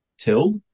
tilled